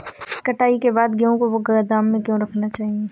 कटाई के बाद गेहूँ को गोदाम में क्यो रखना चाहिए?